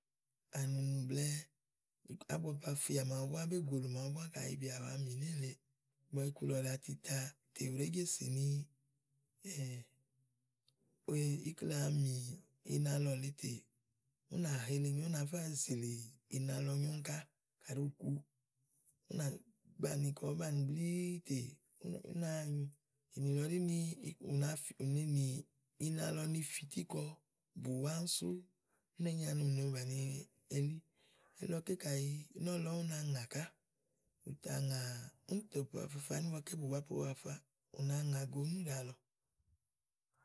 ̀nùnù blɛ̀ɛ ábua poafafia màaɖu búá bégùòlò màaɖu búá kayi bìà bù wa mì nélèe, kàyi iku lɔ ɖàa tita yá wèe je sìnì ikle wàa mì ina lɔ lèe tè ú nà helenyo ú nà tá zìlì ina lɔ nyo úni kà. Kàɖi ù ku ú nàá banìi, kàɖi ùú banìi blíí tè, ú nàa nyu. nìlɔ ɖí ni nì, ù nafi, ù nenì ina lɔ ni fití kɔ bùwá úni sú ú nèé nyi ani ù na bàni elí. Elílɔké kayi, nɔ̀lɔ ú na ŋàká ù tà ŋà, úni tò po afafaani ígbɔké bùwá po po afafa ù na ŋàgo níìna lèe.